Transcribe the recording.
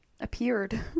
appeared